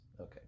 Okay